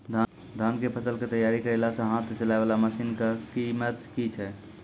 धान कऽ फसल कऽ तैयारी करेला हाथ सऽ चलाय वाला मसीन कऽ कीमत की छै?